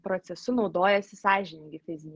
procesu naudojasi sąžiningi fiziniai